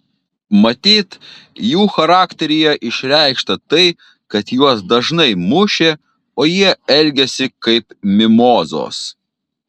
matyt jų charakteryje išreikšta tai kad juos dažnai mušė o jie elgėsi kaip mimozos